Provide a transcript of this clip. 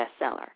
bestseller